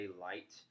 light